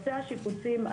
השיפוצים,